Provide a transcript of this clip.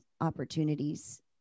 opportunities